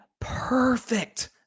perfect